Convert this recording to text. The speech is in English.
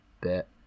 bit